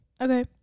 Okay